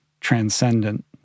transcendent